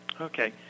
Okay